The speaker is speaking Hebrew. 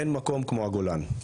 אין מקום כמו הגולן,